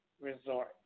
Resort